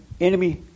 enemy